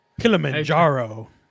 Kilimanjaro